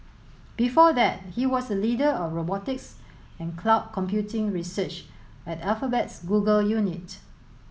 before that he was the leader of robotics and cloud computing research at Alphabet's Google unit